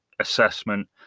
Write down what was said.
assessment